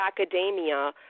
academia